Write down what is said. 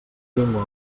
llengua